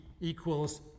equals